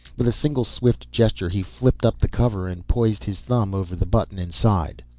with a single, swift gesture he flipped up the cover and poised his thumb over the button inside.